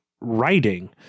writing